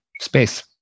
space